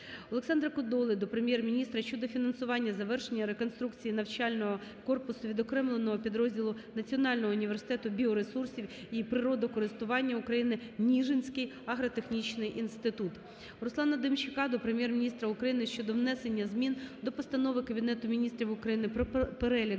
Олександра Кодоли до Прем'єр-міністра щодо фінансування завершення реконструкції навчального корпусу відокремленого підрозділу Національного університету біоресурсів і природокористування України "Ніжинський агротехнічний інститут". Руслана Демчака до Прем'єр-міністра України щодо внесення змін до Постанови Кабінету Міністрів України "Про перелік